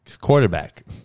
quarterback